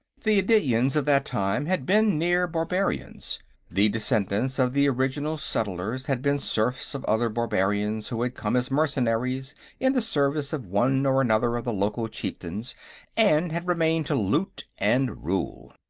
the adityans of that time had been near-barbarians the descendants of the original settlers had been serfs of other barbarians who had come as mercenaries in the service of one or another of the local chieftains and had remained to loot and rule.